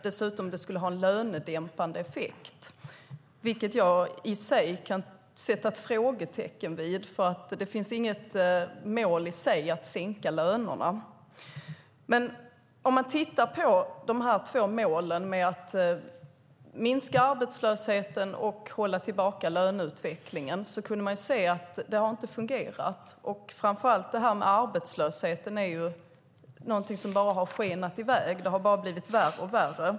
Dessutom skulle det ha en lönedämpande effekt, vilket jag i och för sig kan sätta ett frågetecken för. Det är ju inget mål i sig att sänka lönerna. Om vi tittar på de två målen, att minska arbetslösheten och hålla tillbaka löneutvecklingen, kan vi se att det inte har fungerat. Framför allt har arbetslösheten skenat iväg; det har bara blivit värre och värre.